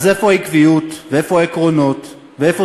אז איפה העקביות ואיפה העקרונות ואיפה